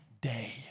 day